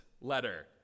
letter